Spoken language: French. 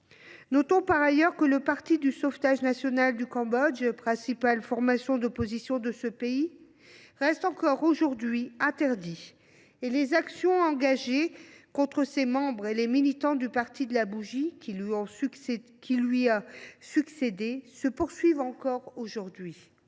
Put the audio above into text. Notons par ailleurs que le parti du sauvetage national du Cambodge, principale formation d’opposition, reste interdit et que les actions engagées contre ses membres et les militants du parti de la bougie, qui lui a succédé, se poursuivent encore aujourd’hui.